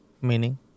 Meaning